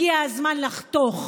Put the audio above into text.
הגיע הזמן לחתוך.